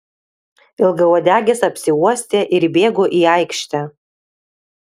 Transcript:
ilgauodegis apsiuostė ir įbėgo į aikštę